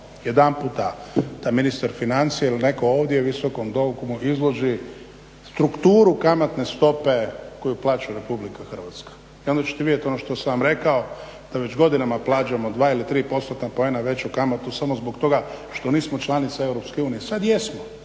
jedanputa da ministar financija ili netko ovdje u Visokom domu izloži strukturu kamatne stope koju plaća Republika Hrvatska i onda ćete vidjeti ono što sam vam rekao da već godinama plaćamo dva ili tri postotna poena veću kamatu samo zbog toga što nismo članica EU. Sad jesmo.